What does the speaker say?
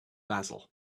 basil